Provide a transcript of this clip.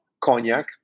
cognac